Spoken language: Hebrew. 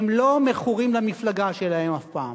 הם לא מכורים למפלגה שלהם אף פעם.